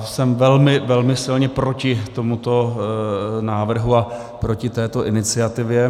Jsem velmi, velmi silně proti tomuto návrhu a proti této iniciativě.